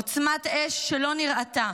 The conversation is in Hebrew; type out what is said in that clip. עוצמת אש שלא נראתה,